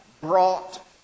brought